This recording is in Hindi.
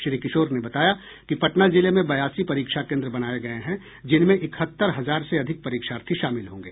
श्री किशोर ने बताया कि पटना जिले में बयासी परीक्षा केंद्र बनाये गये हैं जिनमें इकहत्तर हजार से अधिक परीक्षार्थी शामिल होंगे